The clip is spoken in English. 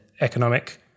economic